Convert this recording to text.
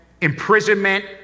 imprisonment